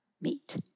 meet